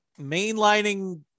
mainlining